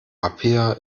apia